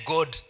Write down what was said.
God